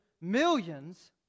millions